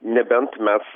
nebent mes